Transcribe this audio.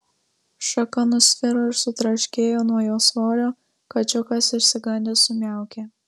šaka nusviro ir sutraškėjo nuo jo svorio kačiukas išsigandęs sumiaukė